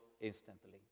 instantly